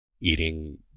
eating